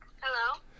Hello